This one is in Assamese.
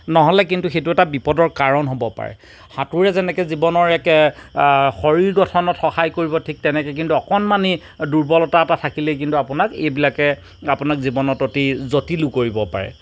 নহ'লে কিন্তু সেইটো এটা বিপদৰ কাৰণ হ'ব পাৰে সাঁতোৰে যেনেকে জীৱনৰ এক শৰীৰ গঠনত সহায় কৰিব ঠিক তেনেকে কিন্তু অকণমানি দুবৰ্লতা এটা থাকিলে কিন্তু আপোনাক এইবিলাকে আপোনাক জীৱনত অতি জটিলো কৰিব পাৰে